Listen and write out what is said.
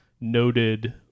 noted